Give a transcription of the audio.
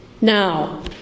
Now